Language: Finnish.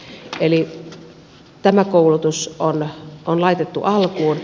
eli tämä koulutus on laitettu alkuun